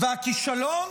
והכישלון